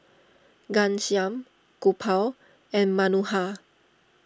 Ghanshyam Gopal and Manohar